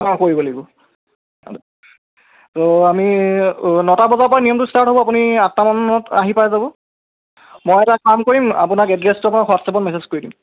অঁ কৰিব লাগিব অ' আমি নটা বজাৰপৰাই নিয়মটো ষ্টাৰ্ট হ'ব আপুনি আঠটামানত আহি পাই যাব মই এটা কাম কৰিম আপোনাক এড্ৰেছটো মই হোৱাটছএপত মেচেজ কৰি দিম